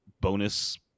bonus